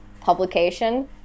publication